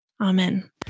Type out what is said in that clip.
Amen